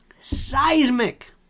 seismic